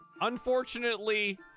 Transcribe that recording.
unfortunately